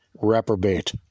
reprobate